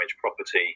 property